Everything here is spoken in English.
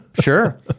sure